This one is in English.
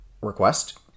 request